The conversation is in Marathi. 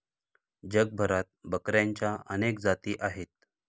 जगभरात बकऱ्यांच्या अनेक जाती आहेत